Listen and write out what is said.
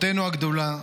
אחותנו הגדולה,